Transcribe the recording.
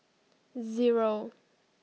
zero